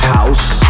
House